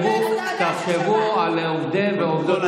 תחשבו על עובדי ועובדות הכנסת.